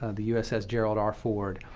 ah the uss gerald r. ford.